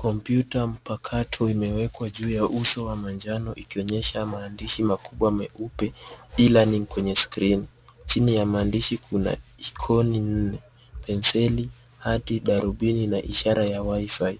Kompyuta mapakato imewekwa juu ya uso wa manjano ikionyesha maandishi makubwa meupe e-learning kwenye skrini. Chini ya maandishi kuna coni nne, penseli, hati, darubini na ishara ya Wifi.